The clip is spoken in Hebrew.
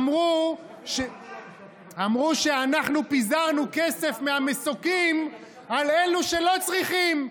אמרו שאנחנו פיזרנו כסף מהמסוקים על אלו שלא צריכים,